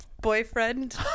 boyfriend